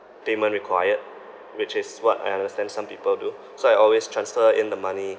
payment required which is what I understand some people do so I always transfer in the money